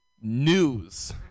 news